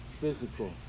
physical